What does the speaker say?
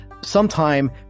sometime